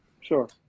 sure